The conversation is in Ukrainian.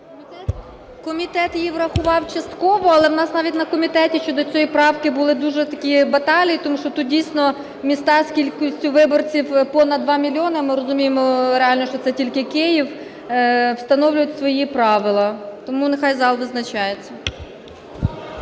Комітет її врахував частково. Але у нас навіть на комітеті щодо цієї правки були дуже такі баталії, тому що тут дійсно міста з кількістю виборців понад 2 мільйони. Ми розуміємо реально, що це тільки Київ, встановлюють свої правила. Тому нехай зал визначається.